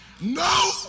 No